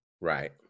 Right